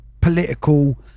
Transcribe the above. political